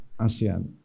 ASEAN